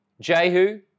Jehu